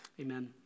Amen